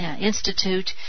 Institute